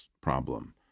problem